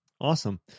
Awesome